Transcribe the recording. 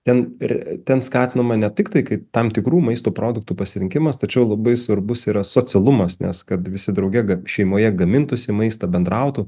ten ir ten skatino mane tiktai kai tam tikrų maisto produktų pasirinkimas tačiau labai svarbus yra socialumas nes kad visi drauge ka šeimoje gamintųsi maistą bendrautų